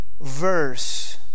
verse